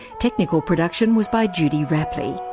technical production was by judy rapley.